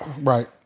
Right